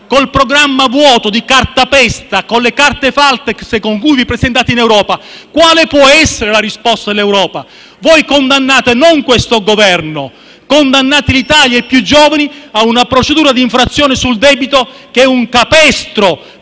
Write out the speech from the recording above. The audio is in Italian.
il programma vuoto, di cartapesta, con le carte false con cui vi presentate in Europa, quale può essere la risposta dell'Europa? Voi condannate non questo Governo, ma l'Italia e i più giovani a una procedura di infrazione sul debito che è un capestro